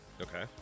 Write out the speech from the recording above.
Okay